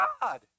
God